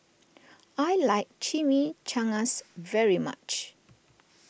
I like Chimichangas very much